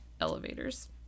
elevators